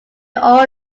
all